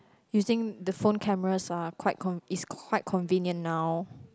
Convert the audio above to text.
you think the phone cameras are quite con~ is quite convenient now